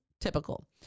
typical